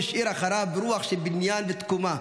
שהשאיר אחריו רוח של בניין ותקומה,